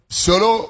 solo